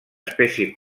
espècie